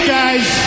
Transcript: guys